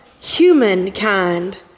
humankind